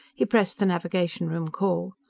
he pressed the navigation-room call.